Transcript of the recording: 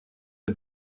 the